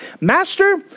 Master